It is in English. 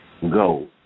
go